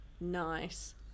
Nice